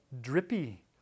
drippy